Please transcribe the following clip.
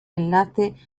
enlace